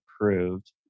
approved